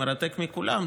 המרתק מכולם,